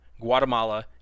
Guatemala